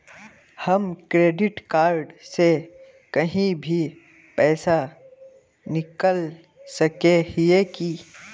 हम credit card से कहीं भी पैसा निकल सके हिये की?